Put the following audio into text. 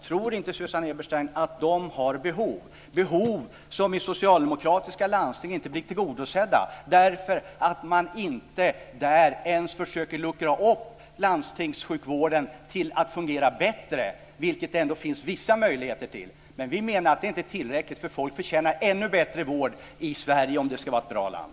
Tror inte Susanne Eberstein att dessa människor har behov, behov som i socialdemokratiskt styrda landsting inte blir tillgodosedda därför att man inte ens försöker att luckra upp landstingssjukvården så att den fungerar bättre, vilket det ändå finns vissa möjligheter till? Men det är inte tillräckligt, anser vi. Folk förtjänar ännu bättre vård i Sverige om det ska vara ett bra land.